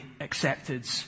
accepted